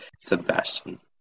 Sebastian